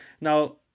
Now